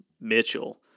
Mitchell